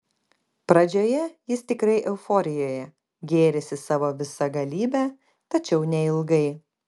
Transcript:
pradžioje jis tikrai euforijoje gėrisi savo visagalybe tačiau neilgai